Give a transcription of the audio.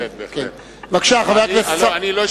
בבקשה, חבר הכנסת סער.